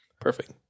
Perfect